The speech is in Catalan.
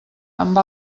amb